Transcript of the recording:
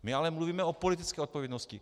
My ale mluvíme o politické odpovědnosti.